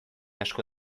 asko